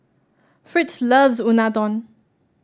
Fritz loves Unadon